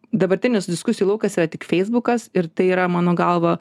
dabartinis diskusijų laukas yra tik feisbukas ir tai yra mano galva